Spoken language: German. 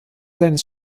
seines